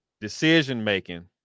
decision-making